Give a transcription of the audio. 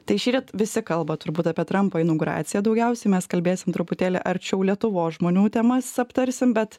tai šįryt visi kalba turbūt apie trampo inauguraciją daugiausia mes kalbėsime truputėlį arčiau lietuvos žmonių temas aptarsim bet